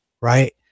right